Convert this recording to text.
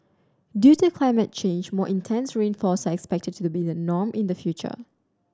due to climate change more intense rainfalls are expected to be the norm in the future